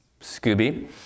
Scooby